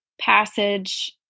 passage